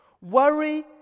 worry